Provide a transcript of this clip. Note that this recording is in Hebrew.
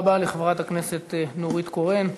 תודה רבה לחברת הכנסת נורית קורן.